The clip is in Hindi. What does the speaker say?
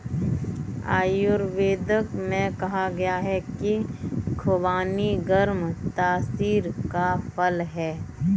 आयुर्वेद में कहा गया है कि खुबानी गर्म तासीर का फल है